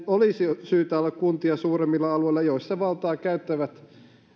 olisi syytä olla kuntia suuremmilla alueilla joissa valtaa käyttävät